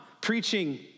preaching